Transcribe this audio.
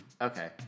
Okay